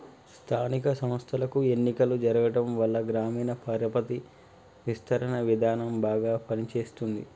స్థానిక సంస్థలకు ఎన్నికలు జరగటంవల్ల గ్రామీణ పరపతి విస్తరణ విధానం బాగా పని చేస్తుంది